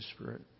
Spirit